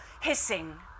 hissing